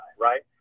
right